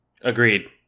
Agreed